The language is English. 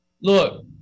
look